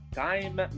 time